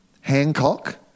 Hancock